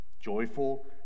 Joyful